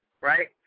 Right